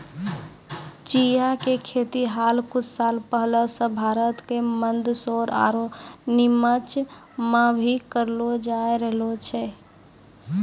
चिया के खेती हाल कुछ साल पहले सॅ भारत के मंदसौर आरो निमच मॅ भी करलो जाय रहलो छै